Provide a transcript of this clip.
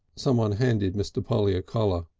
someone handed mr. polly a collar.